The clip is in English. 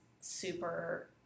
super